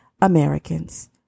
Americans